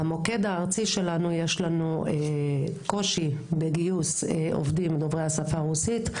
במוקד הארצי שלנו יש קושי בגיוס עובדים דוברי השפה הרוסית,